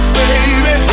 baby